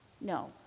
No